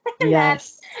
Yes